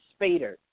Spader